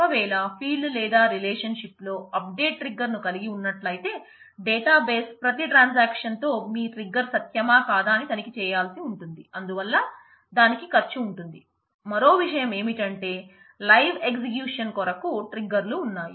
ఒకవేళ ఫీల్డ్ కొరకు ట్రిగ్గర్లు ఉన్నాయి